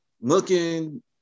looking